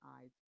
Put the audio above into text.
eyes